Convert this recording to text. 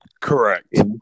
Correct